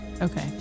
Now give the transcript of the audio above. Okay